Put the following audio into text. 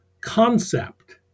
concept